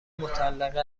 مطلقه